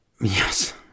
yes